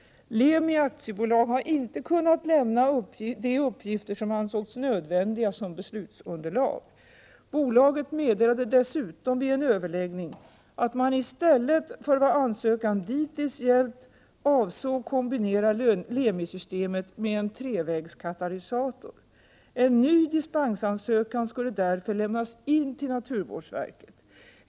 Lemi AB har inte kunnat lämna de uppgifter som ansågs nödvändiga som beslutsunderlag. Bolaget meddelade dessutom vid en överläggning att man, i stället för vad ansökan dittills gällt, avsåg kombinera Lemisystemet med en trevägskatalysator. En ny dispensansökan skulle därför lämnas in till naturvårdsverket.